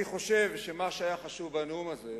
אני חושב שמה שהיה חשוב בנאום הזה,